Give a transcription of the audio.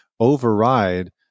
Override